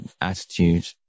attitude